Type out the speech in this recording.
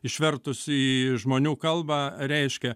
išvertus į žmonių kalbą reiškia